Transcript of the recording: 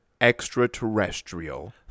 extraterrestrial